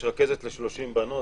יש רכזת ל-30 בנות,